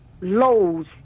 lows